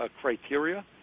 criteria